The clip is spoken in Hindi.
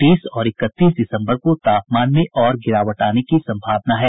तीस और इकतीस दिसम्बर को तापमान में और गिरावट आने की सम्भावना है